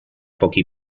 pochi